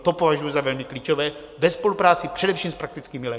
To považuji za velmi klíčové ve spolupráci především s praktickými lékaři.